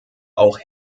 auch